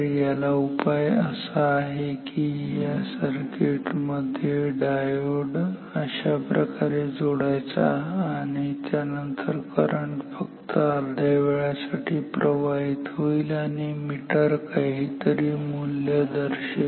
तर याला उपाय असा आहे की या सर्किट मध्ये अशाप्रकारे डायोड जोडायचा आणि त्यानंतर करंट फक्त अर्ध्या वेळासाठी प्रवाहित होईल आणि मीटर काहीतरी मूल्य दर्शवेल